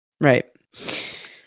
right